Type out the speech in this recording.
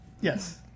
Yes